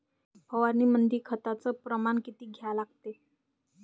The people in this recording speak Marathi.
फवारनीमंदी खताचं प्रमान किती घ्या लागते?